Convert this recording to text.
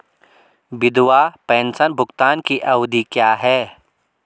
विधवा पेंशन भुगतान की अवधि क्या है?